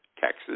Texas